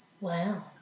Wow